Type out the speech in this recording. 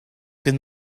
dydd